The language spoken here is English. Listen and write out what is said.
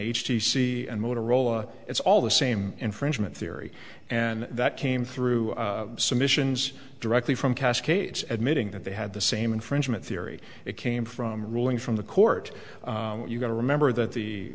t c and motorola it's all the same infringement theory and that came through submissions directly from cascades admitting that they had the same infringement theory it came from ruling from the court you've got to remember that the